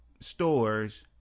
stores